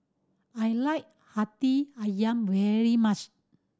I like Hati Ayam very much